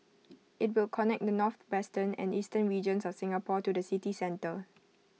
IT will connect the northwestern and eastern regions of Singapore to the city centre